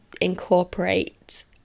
incorporate